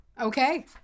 okay